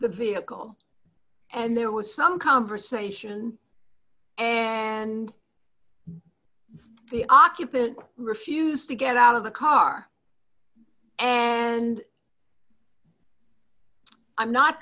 the vehicle and there was some conversation and the occupant refused to get out of the car and i'm not